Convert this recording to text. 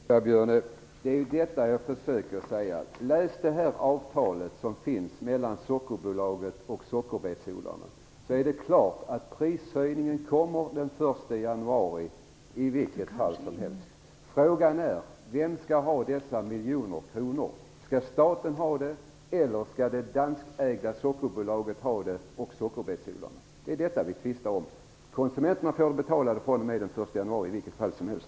Fru talman! Men det är ju detta jag försöker säga, Eva Björne! Läs det här avtalet som finns mellan Sockerbolaget och sockerbetsodlarna! Därav framgår klart att prishöjningen kommer den 1 januari i vilket fall som helst. Frågan är: Vem skall ha dessa miljoner kronor? Skall staten ha dem eller skall det danskägda sockerbolaget och sockerbetsodlarna ha dem? Det är detta vi tvistar om. Konsumenterna får betala från den 1 januari i vilket fall som helst.